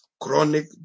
Chronic